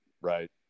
right